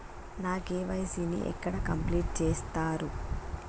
నా కే.వై.సీ ని ఎక్కడ కంప్లీట్ చేస్తరు?